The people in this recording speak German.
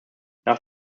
nach